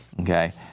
Okay